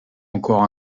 encore